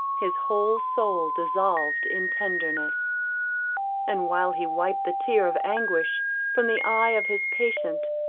his whole soul dissolved in tenderness and while he wiped the tear of anguish from the eye of his patient,